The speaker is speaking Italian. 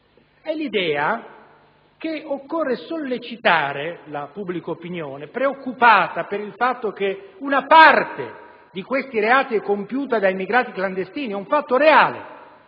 l'idea che occorra sollecitare la pubblica opinione, preoccupata per il fatto che una parte di questi reati è compiuta da immigrati clandestini, indicando negli